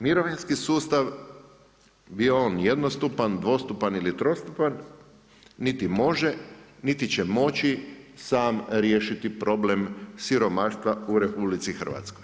Mirovinski sustav bio on jednostupan, dvostupan ili trostupan niti može, niti će moći riješiti problem siromaštva u RH.